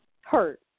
hurt